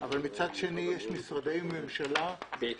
אבל מצד שני יש משרדי ממשלה בהם זה לא קיים.